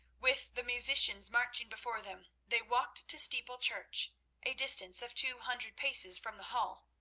with the musicians marching before them, they walked to steeple church a distance of two hundred paces from the hall,